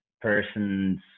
person's